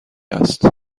است